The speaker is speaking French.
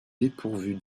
dépourvu